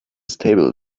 stable